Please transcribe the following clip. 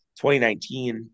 2019